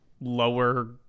lower